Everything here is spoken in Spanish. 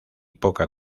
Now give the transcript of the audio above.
poca